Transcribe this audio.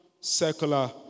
secular